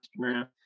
Instagram